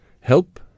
help